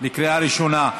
בקריאה ראשונה.